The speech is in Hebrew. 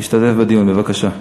בבקשה.